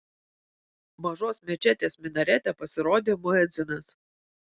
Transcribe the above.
mažos mečetės minarete pasirodė muedzinas